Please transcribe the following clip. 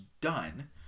done